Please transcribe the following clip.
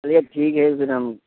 چلیے ٹھیک ہے پھر ہم